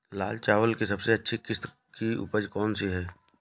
लाल चावल की सबसे अच्छी किश्त की उपज कौन सी है?